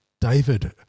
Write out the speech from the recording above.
David